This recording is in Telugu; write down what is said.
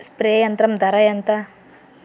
స్ప్రే యంత్రం ధర ఏంతా?